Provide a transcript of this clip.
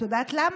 את יודעת למה?